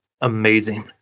amazing